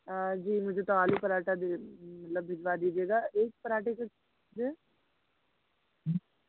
जी मुझे तो आलू परांठा चा मतलब की भिजवा एक पराँठे कितने की है